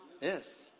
Yes